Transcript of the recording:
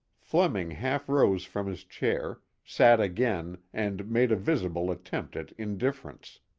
fleming half-rose from his chair, sat again and made a visible attempt at indifference.